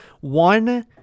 one